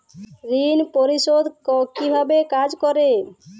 ঋণ পরিশোধ কিভাবে কাজ করে?